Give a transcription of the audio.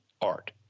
art